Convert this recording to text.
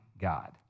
God